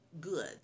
good